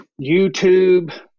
youtube